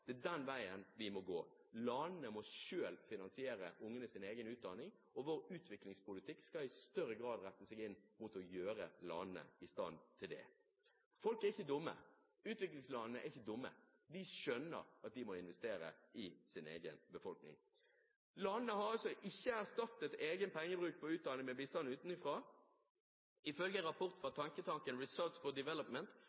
Det er den veien vi må gå. Landene må selv finansiere ungenes utdanning, og vår utviklingspolitikk skal i større grad rette seg inn mot å gjøre landene i stand til det. Folk er ikke dumme. Utviklingslandene er ikke dumme. De skjønner at de må investere i sin egen befolkning. Landene har altså ikke erstattet egen pengebruk på utdanning med bistand utenfra. Ifølge en rapport fra